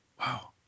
Wow